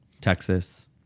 Texas